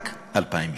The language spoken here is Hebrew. רק 2,000 משפחות.